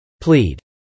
Plead